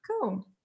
Cool